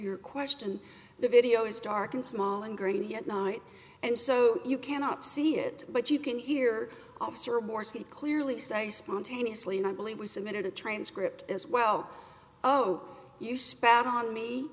your question the video is dark and small and grainy at night and so you cannot see it but you can hear officer morse he clearly say spontaneously and i believe was a minute a transcript as well oh you spat on me